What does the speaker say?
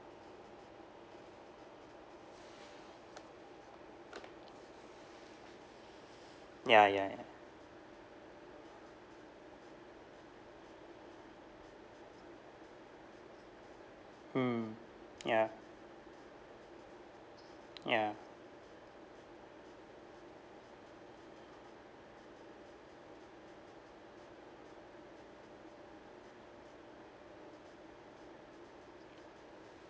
ya ya ya mm ya ya